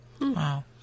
Wow